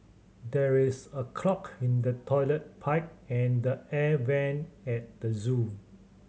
there is a clog in the toilet pipe and the air vent at the zoo